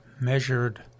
measured